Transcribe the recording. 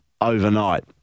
overnight